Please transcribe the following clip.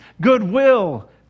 goodwill